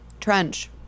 Trench